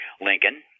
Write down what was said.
Lincoln